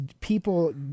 people